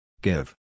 Give